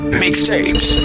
mixtapes